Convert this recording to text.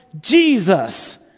Jesus